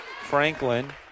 Franklin